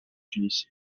tunis